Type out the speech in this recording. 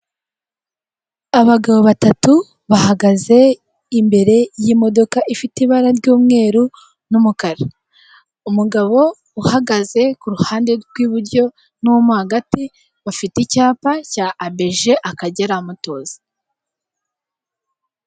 Abagabo batatu bahagaze imbere y'imodoka ifite ibara ry'umweru n'umukara umugabo uhagaze ku ruhande rw'iburyo n'uwo hagati bafite icyapa cya abeje akagera amutoza.